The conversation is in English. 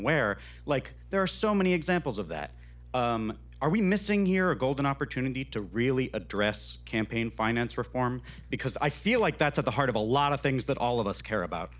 aware like there are so many examples of that are we missing here a golden opportunity to really address campaign finance reform because i feel like that's at the heart of a lot of things that all of us care about